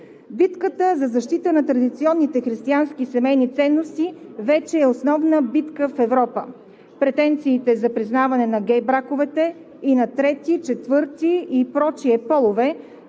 Битката за защита на традиционните християнски семейни ценности вече е основна битка в Европа. Претенциите за признаване на гей браковете и на трети, четвърти и прочие полове